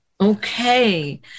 okay